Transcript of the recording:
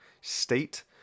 state